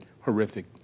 horrific